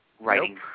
writing